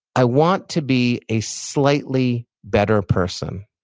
i want to be a slightly better person,